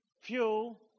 fuel